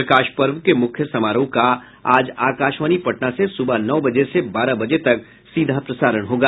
प्रकाश पर्व के मुख्य समारोह का आज आकाशवाणी पटना से सुबह नौ बजे से बारह बजे तक सीधा प्रसारण होगा